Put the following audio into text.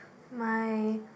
my